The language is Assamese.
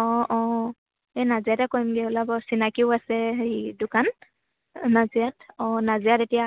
অঁ অঁ এই নাজিৰাতে কৰিমগৈ ওলাব চিনাকিও আছে হেৰি দোকান নাজিৰাত অঁ নাজিৰাত এতিয়া